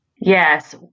Yes